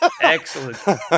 Excellent